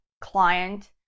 client